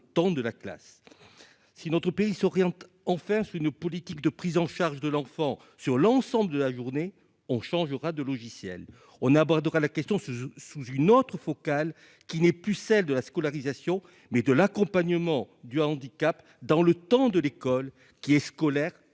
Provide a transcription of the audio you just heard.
temps de la classe si notre pays s'oriente enfin sur une politique de prise en charge de l'enfant, sur l'ensemble de la journée, on changera de logiciels on abordera la question se sous, sous une autre focale qui n'est plus celle de la scolarisation mais de l'accompagnement du handicap dans le temps de l'école qui est scolaire